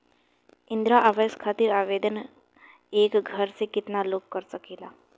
इंद्रा आवास खातिर आवेदन एक घर से केतना लोग कर सकेला?